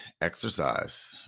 exercise